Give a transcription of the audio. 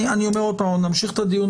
לשמוע אותה שוב רק רציתי להעיר לגבי הטענה